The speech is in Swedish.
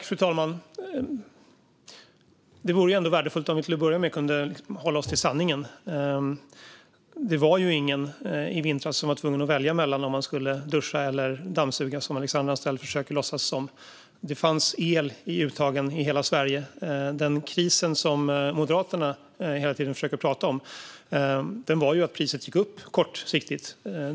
Fru talman! Det vore ändå värdefullt om vi till att börja med kunde hålla oss till sanningen. Det var ju ingen i vintras som var tvungen att välja mellan att duscha eller dammsuga, som Alexandra Anstrell försöker låtsas som. Det fanns el i uttagen i hela Sverige. Den kris som Moderaterna hela tiden talar om handlade om att priset gick upp kortsiktigt.